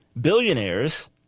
billionaires